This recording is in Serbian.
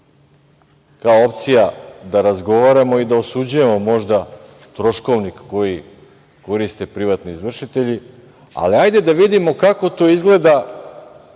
ta opcija da razgovaramo i da osuđujemo možda troškovnik koji koriste privatni izvršitelji, ali hajde da vidimo kako to izgleda,